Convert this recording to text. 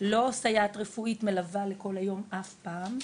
לא סייעת רפואית מלווה לכל היום אף פעם,